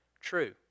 true